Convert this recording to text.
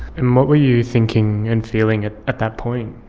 and what were you thinking and feeling at that point?